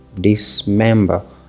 dismember